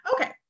Okay